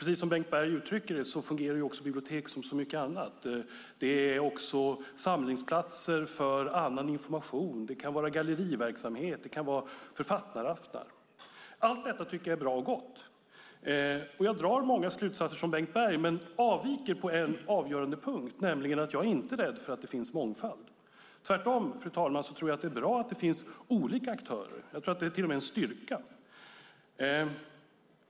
Precis som Bengt Berg uttrycker det fungerar bibliotek också som så mycket annat. De är samlingsplatser för annan information. Det kan vara galleriverksamhet och författaraftnar. Allt detta tycker jag är bra och gott. Jag drar i mycket samma slutsatser som Bengt Berg, men jag avviker på en avgörande punkt. Jag är nämligen inte rädd för mångfald. Jag tror tvärtom, fru talman, att det är bra att det finns olika aktörer. Jag tror till och med att det är en styrka.